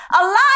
Alive